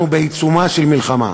אנחנו בעיצומה של מלחמה.